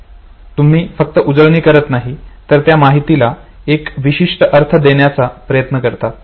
तुम्ही फक्त उजळणी करत नाहीत तर त्या माहितीला एक विशिष्ट अर्थ देण्याचा प्रयत्न करतात